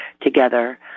together